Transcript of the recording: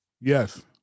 Yes